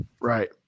Right